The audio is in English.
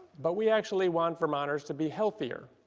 but we actually want vermonters to be healthier.